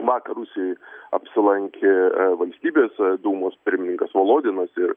vakar rusijoj apsilankė valstybės dūmos pirmininkas volodinas ir